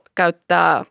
käyttää